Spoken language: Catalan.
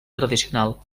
tradicional